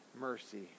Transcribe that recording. mercy